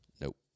Nope